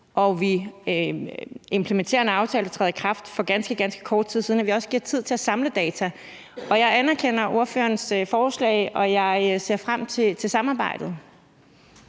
og vi implementerer en aftale som den, der er trådt i kraft for ganske, ganske kort tid siden, så giver man sig også tid til at samle data. Jeg anerkender ordførerens forslag, og jeg ser frem til samarbejdet.